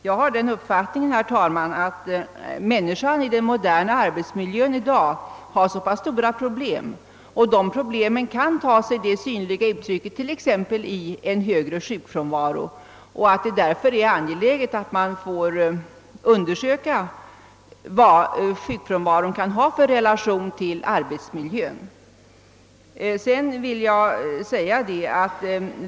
Jag har den uppfattningen, herr talman, att människan i den moderna arbetsmiljön i dag har så pass stora problem — och dessa problem kan ta sig synliga uttryck i t.ex. ökad sjukfrånvaro — att det därför är angeläget att undersöka vad sjukfrånvaron kan ha för relationer till arbetsmiljön.